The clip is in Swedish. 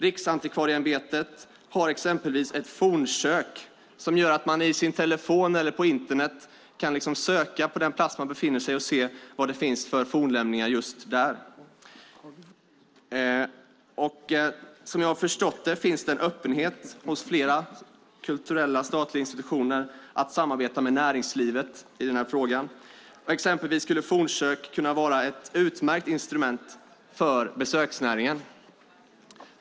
Riksantikvarieämbetet har exempelvis Fornsök, som gör att man i sin telefon eller på Internet kan söka på den plats man befinner sig på och se vad det finns för fornlämningar just där. Som jag har förstått det finns det en öppenhet hos flera kulturella statliga institutioner för att samarbeta med näringslivet i denna fråga. Exempelvis skulle Fornsök kunna vara ett utmärkt instrument för besöksnäringen.